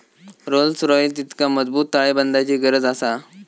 Rolls रॉइसका मजबूत ताळेबंदाची गरज आसा